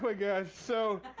my gosh. so